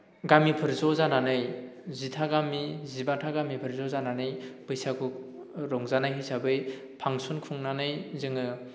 गामिफोर ज' जानानै जिथा गामि जिबाथा गामिफोर ज' जानानै बैसागु रंजानाय हिसाबै फांसन खुंनानै जोङो